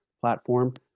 platform